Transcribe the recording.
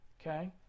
okay